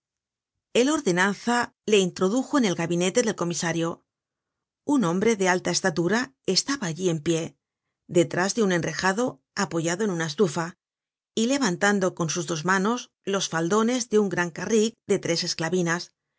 el ordenanza le introdujo en el gabinete del comisario un hombre de alta estatura estaba allí en pie detrás de un enrejado apoyado en una estufa y levantando con sus dos manos los faldones de un gran carrik de tres esclavinas